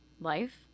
life